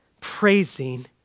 praising